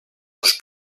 dos